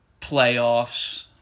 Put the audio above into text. playoffs